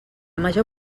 major